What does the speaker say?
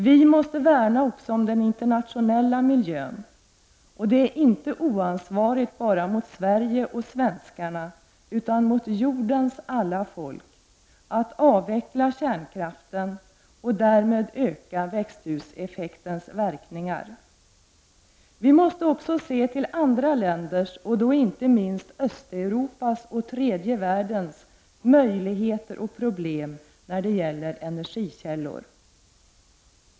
Vi måste värna också om den internationella miljön, och det är inte oansvarigt bara mot Sverige och svenskarna utan mot jordens alla folk att avveckla kärnkraften och därmed öka växthuseffektens verkningar. Vi måste också se till andra länders, och då inte minst Östeuropas och tredje världens, möjligheter och problem när det gäller energikällor.